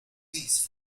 piece